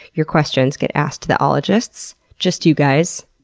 your questions get asked to the ologists just you guys.